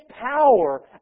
power